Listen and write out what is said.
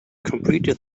completed